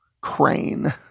crane